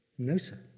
no, sir.